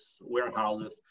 warehouses